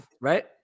right